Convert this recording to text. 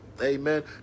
Amen